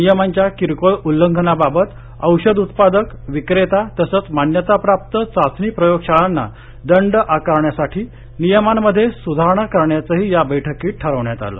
नियमांच्या किरकोळ उल्लंघनाबाबत औषध उत्पादक विक्रेता तसंच मान्यताप्राप्त चाचणी प्रयोगशाळांना दंड आकारण्यासाठी नियमांमध्ये सुधारणा करण्याचंही या बैठकीत ठरवण्यात आलं